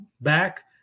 back